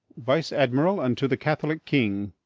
vice-admiral unto the catholic king.